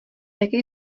jaké